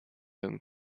and